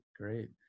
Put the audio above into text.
great